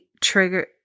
trigger